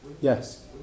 Yes